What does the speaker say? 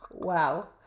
Wow